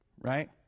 right